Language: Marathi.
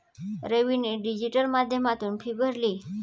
रवीने डिजिटल माध्यमातून फी भरली